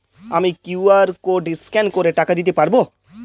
আমি QR code scan করে টাকা দিতে পারবো?